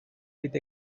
with